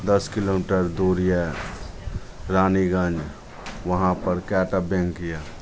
दस किलोमीटर दूर यऽ रानीगञ्ज वहाँपर कएटा बैँक यऽ